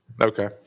Okay